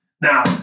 Now